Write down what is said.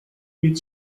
with